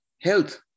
health